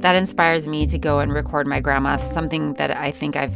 that inspires me to go and record my grandma, something that i think i've